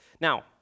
Now